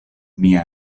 mia